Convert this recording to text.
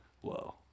whoa